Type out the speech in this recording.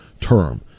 term